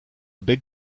big